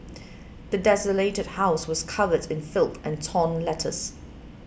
the desolated house was covered in filth and torn letters